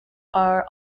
are